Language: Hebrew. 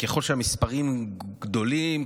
ככל שהמספרים גדולים,